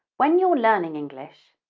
when you're learning english,